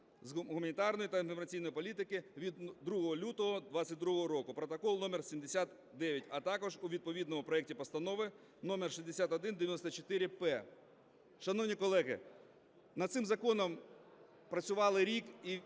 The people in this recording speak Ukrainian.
гуманітарної та інформаційної політики від 2 лютого 2022 року (протокол № 79), а також у відповідному проекті Постанови № 6194/П. Шановні колеги, над цим законом працювали рік, і він